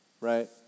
right